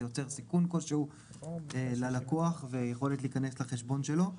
יוצר סיכון כלשהו ללקוח ויכולת להיכנס לחשבון שלו.